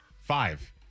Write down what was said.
Five